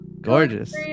Gorgeous